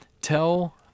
tell